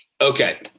okay